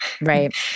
Right